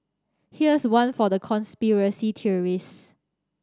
here's one for the conspiracy theorist